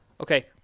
okay